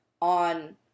on